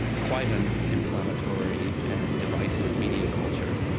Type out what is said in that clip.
quite an inflammatory and divisive media culture.